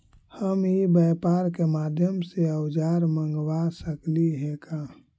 हम ई व्यापार के माध्यम से औजर मँगवा सकली हे का?